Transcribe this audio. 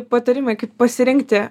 patarimai kaip pasirinkti